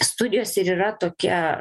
studijos ir yra tokia